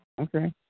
Okay